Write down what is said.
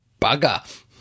Bugger